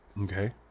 Okay